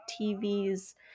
TVs